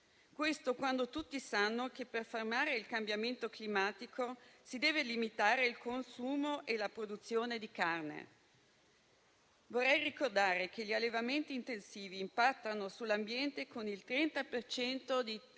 Questo quando tutti sanno che, per fermare il cambiamento climatico, si deve limitare il consumo e la produzione di carne. Vorrei ricordare che gli allevamenti intensivi impattano sull'ambiente con il 30